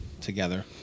together